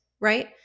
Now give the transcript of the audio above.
right